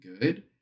good